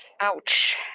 ouch